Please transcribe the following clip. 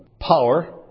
power